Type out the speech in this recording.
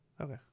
Okay